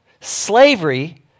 Slavery